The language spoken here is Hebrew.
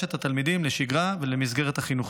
את התלמידים לשגרה ולמסגרת החינוכית.